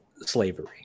slavery